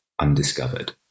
undiscovered